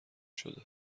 شده